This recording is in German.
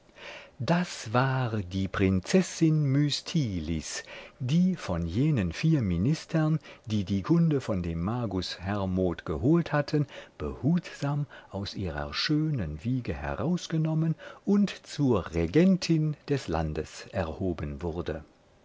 das war die prinzessin mystilis die von jenen vier ministern die die kunde von dem magus hermod geholt hatten behutsam aus ihrer schönen wiege herausgenommen und zur regentin des landes erhoben wurde